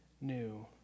new